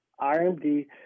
RMD